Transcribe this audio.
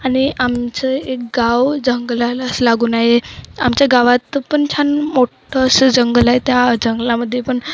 आणि आमचं एक गाव जंगलालाच लागून आहे आमच्या गावात पण छान मोठं असं जंगल आहे त्या जंगलामध्ये पण